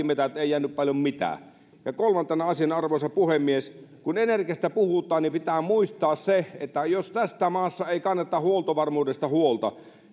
metsät ei jäänyt paljon mitään ja kolmantena asiana arvoisa puhemies kun energiasta puhutaan niin pitää muistaa se että jos tässä maassa ei kannetttaisi huoltovarmuudesta huolta ja